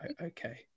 okay